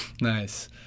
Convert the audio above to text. nice